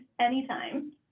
anytime